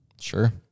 Sure